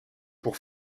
pour